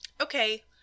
Okay